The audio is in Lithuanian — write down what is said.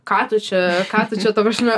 ką tu čia ką tu čia ta prasme